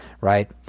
right